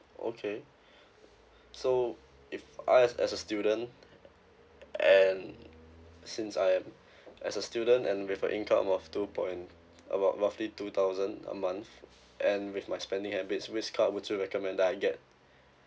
okay so if I as as a student and since I'm as a student and with an income about two point about roughly two thousand a month and with my spending habits which card would you recommend that I get